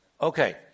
Okay